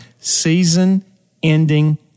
season-ending